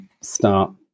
start